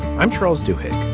i'm troll's do it.